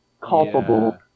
culpable